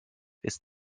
ist